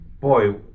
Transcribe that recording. Boy